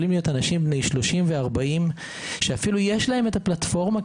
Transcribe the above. יכולים להיות אנשים בני 30 ו-40 שאפילו יש להם הפלטפורמה,